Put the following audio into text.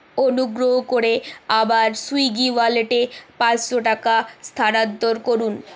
অনুগ্রহ করে আমার সুইগি ওয়ালেটে পাঁচশো টাকা স্থানান্তর করুন